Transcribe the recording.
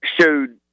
showed